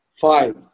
five